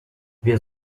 wir